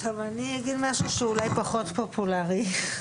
אני אגיד משהו שאולי פחות פופולרי.